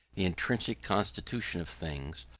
the intrinsic constitution of things,